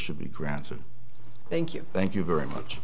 should be granted thank you thank you very much